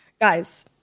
guys